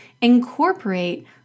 incorporate